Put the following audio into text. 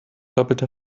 doppelter